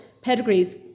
pedigrees